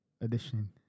edition